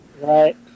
Right